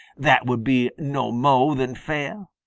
that would be no mo' than fair.